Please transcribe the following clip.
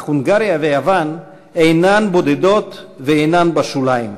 אך הונגריה ויוון אינן בודדות ואינן בשוליים.